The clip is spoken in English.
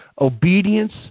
Obedience